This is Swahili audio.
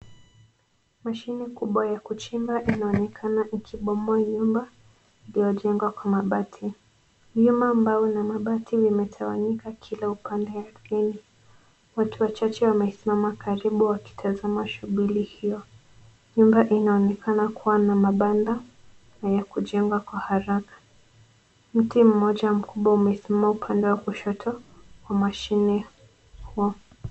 Mashini kubwa ya kuchimba inaonekana ikibomoa nyumba iliyojengwa kwa mabati. Vyuma, mbao na mambati vimetawanyika kila upande ya chini. Watu wachache wamesimama karibu wakitazama shughuli hiyo. Nyumba inaonekana kuwa na mabanda na ya kujengwa kwa haraka. Mti mmoja mkubwa umesimama upande wa kushoto wa mashini huo.